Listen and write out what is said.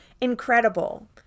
incredible